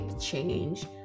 change